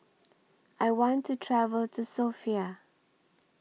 I want to travel to Sofia